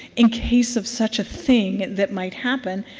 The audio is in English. in case of such a thing that might happen.